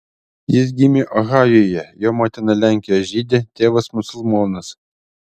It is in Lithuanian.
jis gimė ohajuje jo motina lenkijos žydė tėvas musulmonas